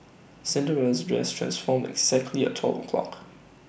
Cinderella's dress transformed exactly at twelve o'clock